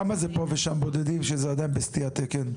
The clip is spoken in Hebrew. כמה זה פה ושם בודדים שזה עדיין בסטיית תקן?